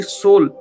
soul